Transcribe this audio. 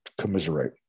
commiserate